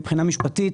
מבחינה משפטית,